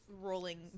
rolling